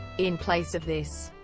in place of this,